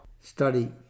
study